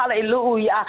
Hallelujah